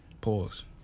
Pause